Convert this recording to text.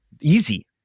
easy